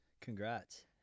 Congrats